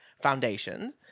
foundation